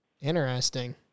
Interesting